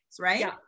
right